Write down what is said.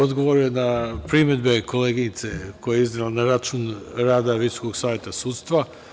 Odgovorio bih na primedbe koleginice koje je iznela na račun rada Visokog saveta sudstva.